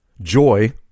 joy